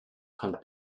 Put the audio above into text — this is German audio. kommt